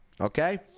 okay